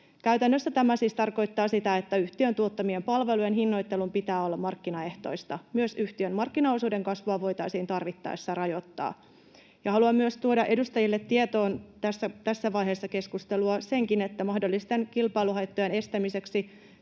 Käytännössä tämä siis tarkoittaa sitä, että yhtiön tuottamien palvelujen hinnoittelun pitää olla markkinaehtoista. Myös yhtiön markkinaosuuden kasvua voitaisiin tarvittaessa rajoittaa. Ja haluan tuoda edustajille tietoon tässä vaiheessa keskustelua myös sen, että mahdollisten kilpailuhaittojen estämiseksi